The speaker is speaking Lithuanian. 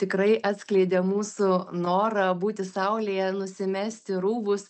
tikrai atskleidė mūsų norą būti saulėje nusimesti rūbus